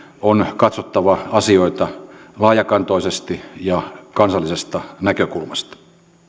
on katsottava asioita laajakantoisesti ja kansallisesta näkökulmasta